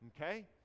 okay